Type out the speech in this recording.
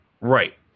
Right